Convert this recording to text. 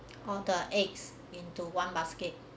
all the eggs into one basket